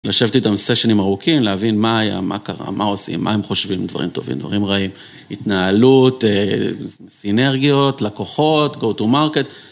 לשבת איתם סשנים ארוכים להבין מה היה, מה קרה, מה עושים, מה הם חושבים, דברים טובים, דברים רעים, התנהלות, סינרגיות, לקוחות, Go-To-Market.